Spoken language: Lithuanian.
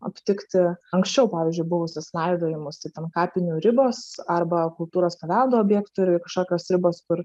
aptikti anksčiau pavyzdžiui buvusius laidojimus tai ten kapinių ribos arba kultūros paveldo objektų irgi kažkokios ribos kur